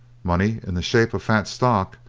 money, in the shape of fat stock,